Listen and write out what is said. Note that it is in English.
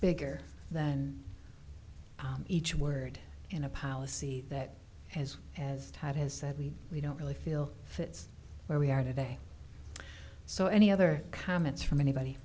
bigger than each word in a policy that has as tight has said we don't really feel fits where we are today so any other comments from anybody